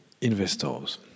investors